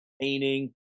painting